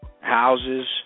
houses